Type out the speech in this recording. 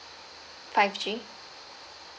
five G